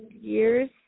years